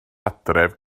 adref